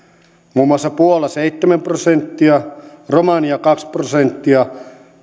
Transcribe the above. muun muassa puolan seitsemän prosenttia romanian kaksi prosenttia